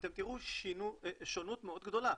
ואתם תראו שונות מאוד גדולה.